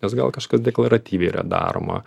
nes gal kažkas deklaratyviai yra daroma